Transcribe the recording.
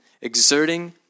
exerting